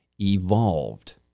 evolved